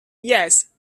yes